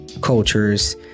cultures